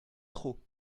trot